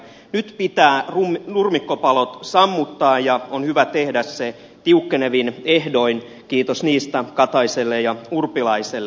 nyt pitää nurmikkopalot sammuttaa ja on hyvä tehdä se tiukkenevin ehdoin kiitos niistä kataiselle ja urpilaiselle